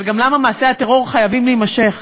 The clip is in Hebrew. אבל גם למה מעשי הטרור חייבים להימשך?